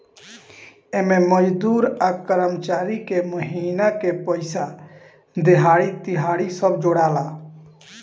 एमे मजदूर आ कर्मचारी के महिना के पइसा, देहाड़ी, तिहारी सब जोड़ाला